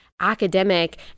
academic